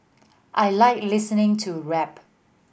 I like listening to rap